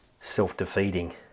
self-defeating